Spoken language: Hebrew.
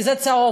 כי זה צהוב,